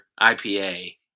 IPA